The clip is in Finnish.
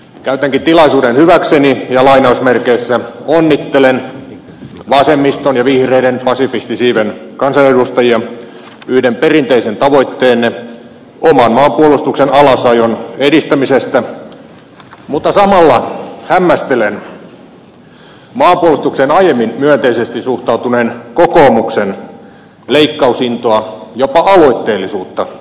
käytänkin tilaisuuden hyväkseni ja onnittelen vasemmiston ja vihreiden pasifistisiiven kansanedustajia yhden perinteisen tavoitteenne oman maan puolustuksen alasajon edistämisestä mutta samalla hämmästelen maanpuolustukseen aiemmin myönteisesti suhtautuneen kokoomuksen leikkausintoa jopa aloitteellisuutta tässä asiassa